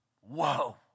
Whoa